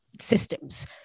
systems